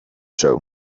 show